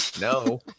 no